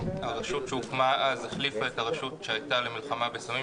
הרשות שהוקמה אז החליפה את הרשות שהייתה למלחמה בסמים,